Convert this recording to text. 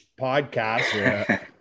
podcast